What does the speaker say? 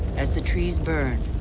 as the trees burn,